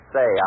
Say